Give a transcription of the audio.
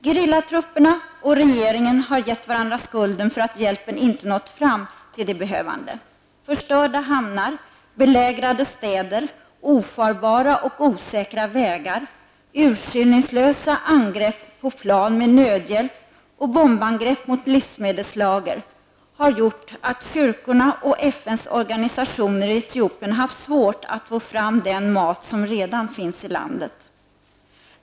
Gerillatrupperna och regeringen har gett varandra skulden för att hjälpen inte nått fram till de behövande. Förstörda hamnar, belägrade städer, ofarbara och osäkra vägar, urskiljningslösa angrepp på plan med nödhjälp och bombangrepp mot livsmedelslager har gjort att kyrkorna och FNs organisationer i Etiopien haft svårt att få fram den mat som redan finns i landet.